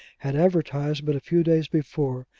had advertised but a few days before,